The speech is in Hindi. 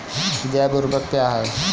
जैव ऊर्वक क्या है?